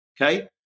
okay